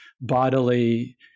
bodily